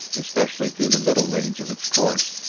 especially through the middle range of its course,